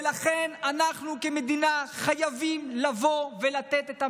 ולכן אנחנו כמדינה חייבים לבוא ולתת את המענה.